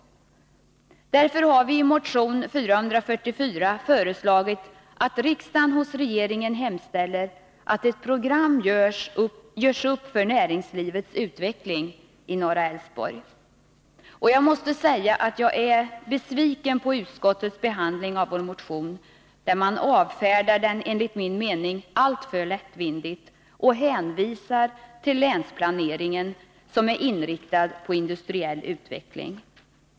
Därför har vi i motion 444 föreslagit att riksdagen hos regeringen hemställer om att ett program görs upp för näringslivets utveckling i norra Älvsborgs län. Jag måste säga att jag är besviken på utskottets behandling av vår motion. Man avfärdar den enligt min mening alltför lättvindigt och hänvisar till länsplaneringen, som är inriktad på industriell utveckling.